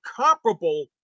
comparable